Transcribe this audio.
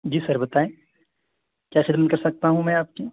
جی sir بتائیں کیا خدمت کر سکتا ہوں میں آپ کی